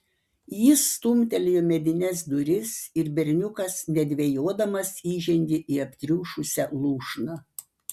jis stumtelėjo medines duris ir berniukas nedvejodamas įžengė į aptriušusią lūšną